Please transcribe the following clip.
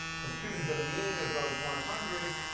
computed the mean of those one hundred,